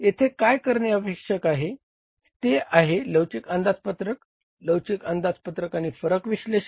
येथे काय करणे आवश्यक आहे ते आहे लवचिक अंदाजपत्रक लवचिक अंदाजपत्रक आणि फरक विश्लेषण